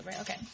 Okay